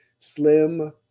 slim